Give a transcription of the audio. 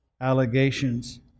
allegations